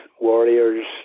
Warriors